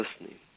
listening